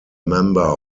member